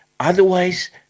Otherwise